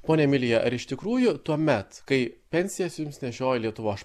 ponia emilija ar iš tikrųjų tuomet kai pensijas jums nešiojo lietuvoš